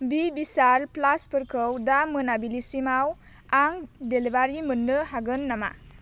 बि विशाल प्लासफोरखौ दा मोनाबिलिसिमाव आं डेलिभारि मोननो हागोन नामा